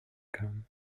kamen